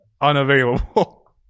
unavailable